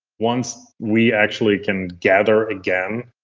once we actually can gather again,